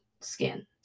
skin